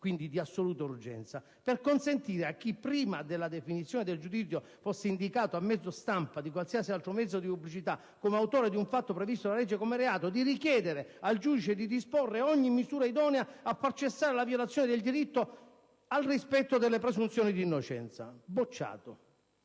(quindi di assoluta urgenza) per consentire a chi prima della definizione del giudizio fosse indicato a mezzo stampa o di qualsiasi altra forma di pubblicità come autore di un fatto previsto dalla legge come reato di richiedere al giudice di disporre ogni misura idonea a far cessare la violazione del diritto al rispetto della presunzione di innocenza;